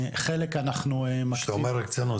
שאתה אומר הקצנו,